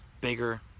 bigger